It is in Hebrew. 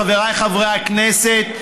חבריי חברי הכנסת,